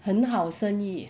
很好生意